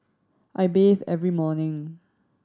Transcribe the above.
I bathe every morning